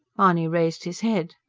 mahony raised his head.